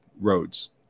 roads